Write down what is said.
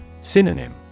Synonym